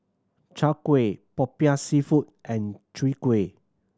Chai Kuih Popiah Seafood and Chwee Kueh